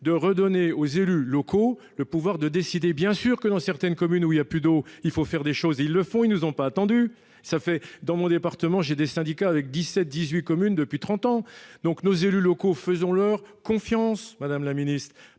de redonner aux élus locaux le pouvoir de décider. Bien sûr que dans certaines communes où il y a plus d'eau, il faut faire des choses, ils le font, ils nous ont pas attendu ça fait dans mon département, j'ai des syndicats avec 17 18 communes depuis 30 ans donc nos élus locaux. Faisons-leur confiance. Madame la Ministre,